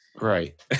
Right